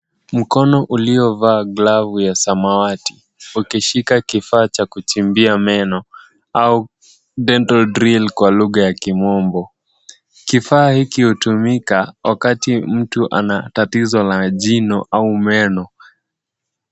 Mkono uliovaa glavu ya samawati, ukishika kifaa cha kuchimbia meno au dental drill kwa lugha ya kimombo. Kifaa hiki hutumika wakati mtu ana tatizo la jino au meno.